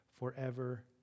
forever